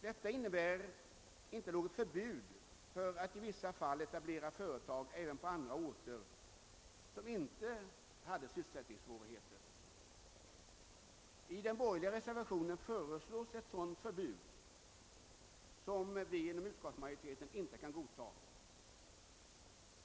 Detta innebär inte något förbud mot att i vissa fall etablera företag även på orter som inte har sysselsättningssvårigheter. I den borgerliga reservationen föreslås ett sådant förbud, som vi inom utskottsmajoriteten inte kan godta.